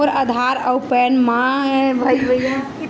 मोर आधार आऊ पैन मा सरनेम अलग हे खाता खुल जहीं?